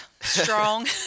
strong